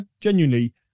genuinely